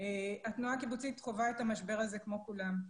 התנועה הקיבוצית חווה את המשבר הזה כמו כולם,